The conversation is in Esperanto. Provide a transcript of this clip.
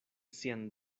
sian